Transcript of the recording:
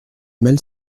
mal